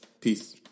Peace